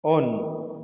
on